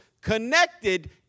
connected